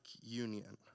union